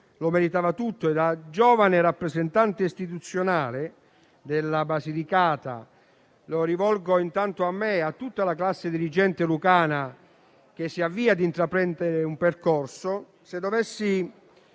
lo meritava tutto. Da giovane rappresentante istituzionale della Basilicata, rivolgo il seguente auspicio, intanto a me e a tutta la classe dirigente lucana che si avvia a intraprendere un percorso: